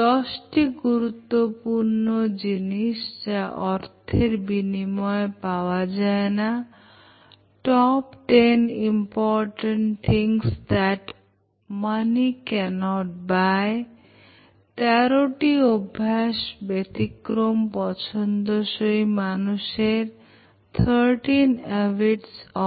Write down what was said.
দশটি গুরুত্বপূর্ণ জিনিস যা অর্থের বিনিময়ে পাওয়া যায় না Top Ten Important Things that Money Cant Buyতেরোটি অভ্যাস ব্যতিক্রমী পছন্দসই মানুষের তুমি এক নজর দিতে পারো আগের বিষয় এর উপর